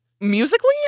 Musically